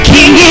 King